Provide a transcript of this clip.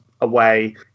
away